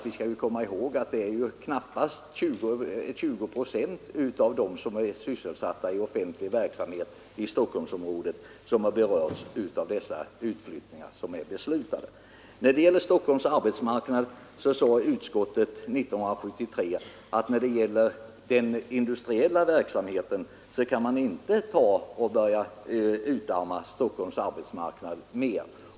Vi skall hålla i minnet att av dem som är sysselsatta i offentlig verksamhet inom Stockholmsområdet är det knappt 20 procent som har berörts av de utflyttningar som är beslutade. När det gäller Stockholms arbetsmarknad sade utskottet år 1973 att man inte kunde utarma den industriella verksamheten i Stockholmsområdet ytterligare.